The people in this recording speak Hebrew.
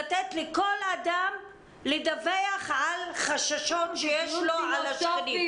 לתת לכל אדם לדווח על חששות שיש לו על השכנים.